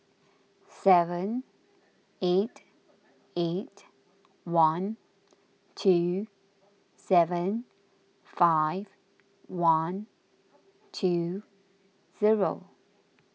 seven eight eight one two seven five one two zero